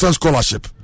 scholarship